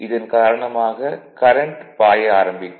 இதன் காரணமாக கரண்ட் பாய ஆரம்பிக்கும்